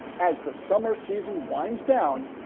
as the summer season winds down,